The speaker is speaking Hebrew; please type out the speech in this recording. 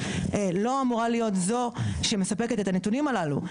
לא אמורה להיות זו שמספקת את הנתונים הללו.